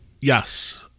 yes